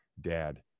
dad